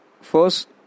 first